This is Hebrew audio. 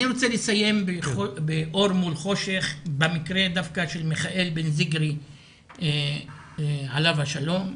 אני רוצה לסיים באור מול חושך במקרה דווקא של מיכאל בן זקרי עליו השלום.